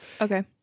Okay